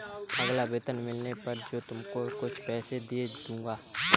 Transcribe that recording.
अगला वेतन मिलने पर मैं तुमको कुछ पैसे दे दूँगी